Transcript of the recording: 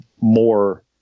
more